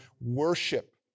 worship